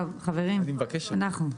אני מבקש מכם.